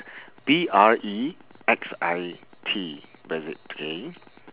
B R E X I T brexit okay